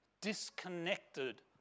disconnected